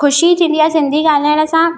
ख़ुशी थींदी आहे सिंधी ॻाल्हाइण सां